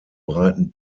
breiten